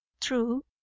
true